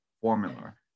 formula